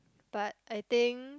but I think